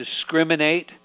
discriminate